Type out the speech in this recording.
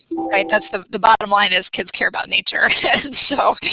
right, that's the the bottom line is kids care about nature and so